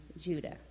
Judah